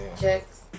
checks